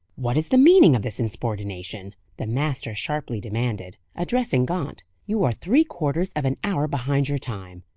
what is the meaning of this insubordination? the master sharply demanded, addressing gaunt. you are three-quarters of an hour behind your time.